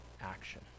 action